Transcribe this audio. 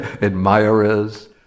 admirers